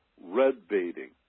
red-baiting